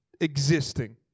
existing